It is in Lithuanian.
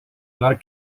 dar